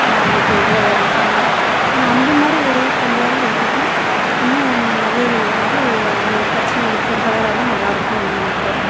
ஆனால் அவங்க இப்போ இல்லை இறந்துட்டாங்க ஆனால் அந்த மாதிரி ஒரு பொம்பளையாள் எங்களுக்கு இன்னும் மகளிர் வந்து ஒரு கட்சி பொறுப்பாளராக வந்தால் நல்லாயிருக்குன்னு நாங்கள் நெனைக்கிறோம்